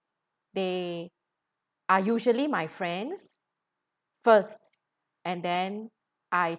they are usually my friends first and then I